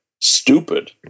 stupid